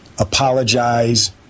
apologize